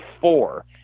four